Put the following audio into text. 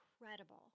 incredible